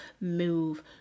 move